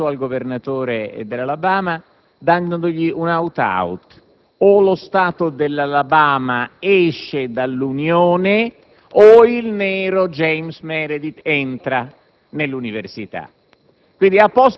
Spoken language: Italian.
telefona al Governatore dell'Alabama, imponendogli un *aut aut*: o lo Stato dell'Alabama esce dall'Unione o il nero James Meredith entra nell'università,